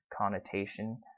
connotation